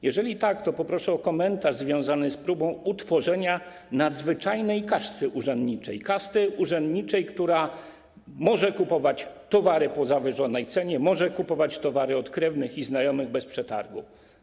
Jeżeli tak, to poproszę o komentarz związany z próbą utworzenia nadzwyczajnej kasty urzędniczej, która może kupować towary po zawyżonej cenie, może kupować towary od krewnych i znajomych bez przetargu.